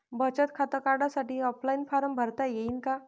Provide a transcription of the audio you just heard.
बचत खातं काढासाठी ऑफलाईन फारम भरता येईन का?